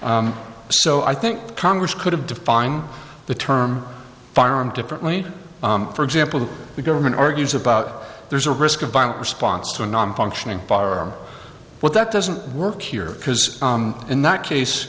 so i think congress could have define the term farm differently for example the government argues about there's a risk of violent response to a nonfunctioning but that doesn't work here because in that case